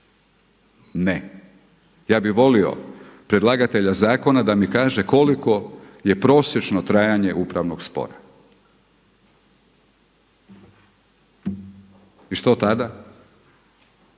Ne. Ja bih molio predlagatelja zakona da mi kaže koliko je prosječno trajanje upravnog spora. I što tada?